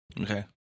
Okay